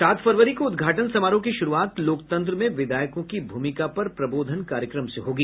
सात फरवरी को उद्घाटन समारोह की शुरूआत लोकतंत्र में विधायकों की भूमिका पर प्रबोधन कार्यक्रम से होगी